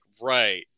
right